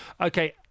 Okay